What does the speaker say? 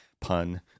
pun